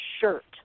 shirt